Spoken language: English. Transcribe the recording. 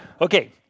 Okay